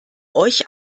euch